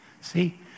see